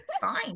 fine